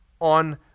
on